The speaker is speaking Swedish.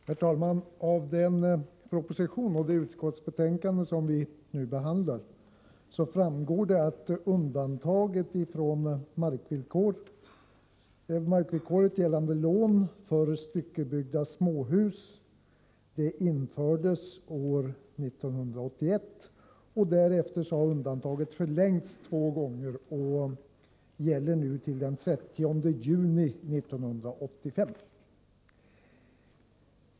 Herr talman! Av den proposition och det utskottsbetänkande som vi nu behandlar framgår att undantaget från markvillkoret gällande lån för styckebyggda småhus infördes år 1981. Därefter har undantaget förlängts två gånger och gäller nu till den 30 juni 1985.